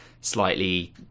slightly